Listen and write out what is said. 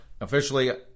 officially